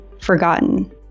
forgotten